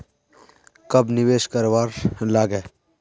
कब निवेश करवार लागे?